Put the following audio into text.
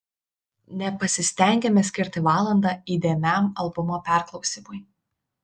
nepasistengiame skirti valandą įdėmiam albumo perklausymui